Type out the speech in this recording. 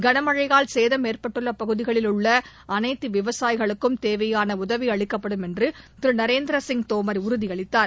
களமழையால் சேதம் ஏற்பட்டுள்ள பகுதிகளில் உள்ள அனைத்து விவசாயிகளுக்கும் தேவையான உதவி அளிக்கப்படும் என்று திரு நரேந்திரசிங் தோமர் உறுதியளித்தார்